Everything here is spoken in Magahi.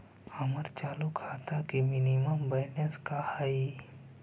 हमर चालू खाता के मिनिमम बैलेंस का हई?